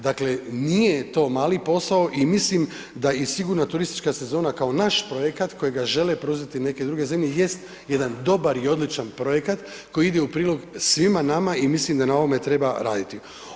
Dakle, nije to mali posao i mislim da i sigurno turistička sezona kao naš projekat kojega žele preuzeti neke druge zemlje jest jedan dobar i odličan projekat koji ide u prilog svima nama i mislim da na ovome treba raditi.